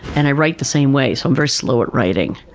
and i write the same way so i'm very slow at writing.